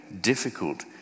difficult